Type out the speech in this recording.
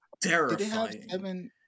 terrifying